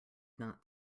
not